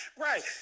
Right